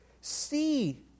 see